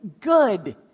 good